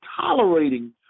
tolerating